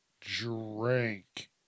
drink